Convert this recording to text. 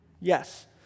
Yes